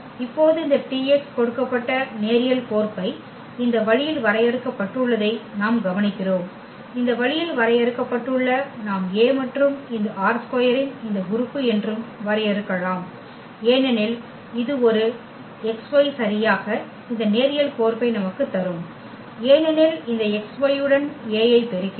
இப்போது இந்த T x கொடுக்கப்பட்ட நேரியல் கோர்ப்பை இந்த வழியில் வரையறுக்கப்பட்டுள்ளதை நாம் கவனிக்கிறோம் இந்த வழியில் வரையறுக்கப்பட்டுள்ள நாம் A மற்றும் இந்த ℝ2 இன் இந்த உறுப்பு என்றும் வரையறுக்கலாம் ஏனெனில் இது ஒரு இந்த xy சரியாக இந்த நேரியல் கோர்ப்பை நமக்குத் தரும் ஏனெனில் இந்த x y உடன் A ஐ பெருக்கினால்